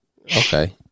Okay